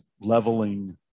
leveling